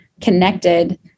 connected